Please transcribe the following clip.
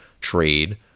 trade